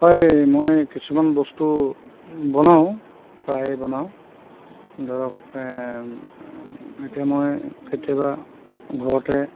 হয় মই কিছুমান বস্তু বনাওঁ প্ৰায় বনাওঁ ধৰক এতিয়া মই কেতিয়াবা ঘৰতে